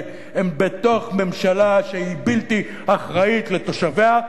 הוא בתוך ממשלה שהיא בלתי אחראית לתושביה,